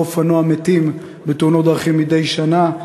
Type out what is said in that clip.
אופנוע בממוצע מתים בתאונות דרכים מדי שנה.